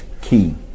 key